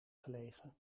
gelegen